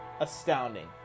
astounding